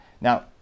Now